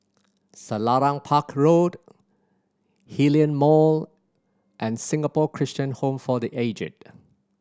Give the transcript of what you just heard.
Selarang Park Road Hillion Mall and Singapore Christian Home for The Aged